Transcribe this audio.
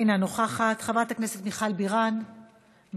אינה נוכחת, חברת הכנסת מיכל בירן, מוותרת,